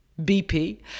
BP